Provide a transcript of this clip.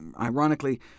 Ironically